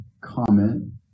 comment